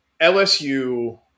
LSU